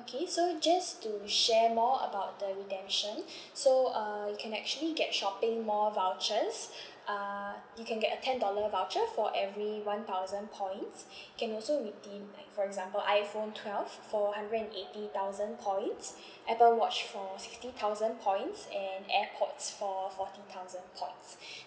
okay so just to share more about the redemption so uh you can actually get shopping mall vouchers uh you can get a ten dollar voucher for every one thousand points you can also redeem like for example iPhone twelve for hundred and eighty thousand points Apple watch for sixty thousand points and airpods for forty thousand points